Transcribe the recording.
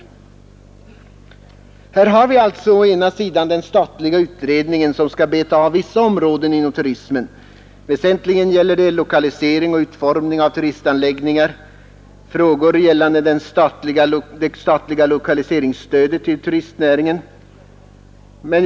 Det pågår å ena sidan en statlig utredning som skall beta av vissa områden inom turismen, väsentligen gällande lokalisering och utformning av turistanläggningar samt frågor gällande det statliga lokaliseringsstödet till turistnäringen.